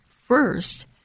First